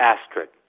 Asterisk